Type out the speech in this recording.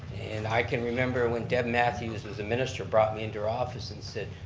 and i can remember when deb matthews was a minister, brought me into her office and said,